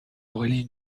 aurélie